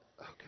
okay